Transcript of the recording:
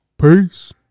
Peace